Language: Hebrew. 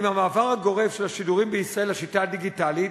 עם המעבר הגורף של השידורים בישראל לשיטה הדיגיטלית,